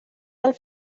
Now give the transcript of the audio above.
del